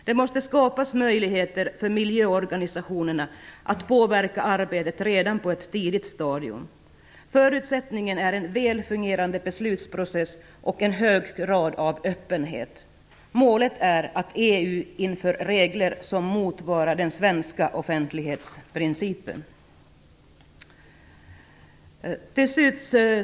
Det måste skapas möjligheter för miljöorganisationerna att påverka arbetet redan på ett tidigt stadium. Förutsättningen är en väl fungerande beslutsprocess och en hög grad av öppenhet. Målet är att EU inför regler som motsvarar den svenska offentlighetsprincipen.